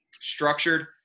structured